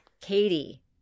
Katie